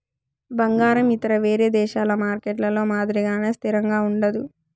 బంగారం ఇతర వేరే దేశాల మార్కెట్లలో మాదిరిగానే స్థిరంగా ఉండదు